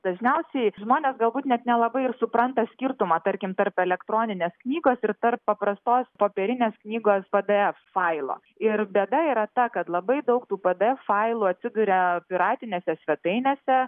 dažniausiai žmonės galbūt net nelabai ir supranta skirtumą tarkim tarp elektroninės knygos ir tarp paprastos popierinės knygos pdf failo ir bėda yra ta kad labai daug tų pdf failų atsiduria piratinėse svetainėse